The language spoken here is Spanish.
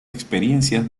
experiencias